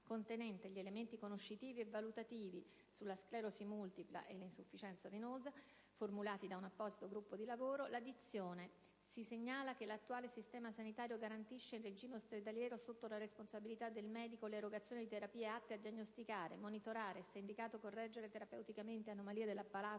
contenente gli elementi conoscitivi e valutativi su sclerosi multipla e CCSVI, formulati da un apposito gruppo di lavoro, la dizione «si segnala che l'attuale sistema sanitario garantisce, in regime ospedaliero, sotto la responsabilità del medico, l'erogazione di terapie atte a diagnosticare, monitorare e, se indicato, correggere terapeuticamente anomalie dell'apparato